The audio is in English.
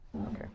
Okay